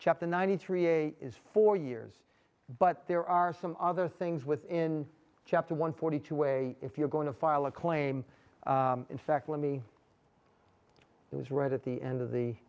chapter ninety three a is four years but there are some other things within chapter one forty two way if you're going to file a claim in fact let me it was right at the end of the